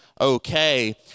okay